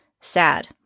sad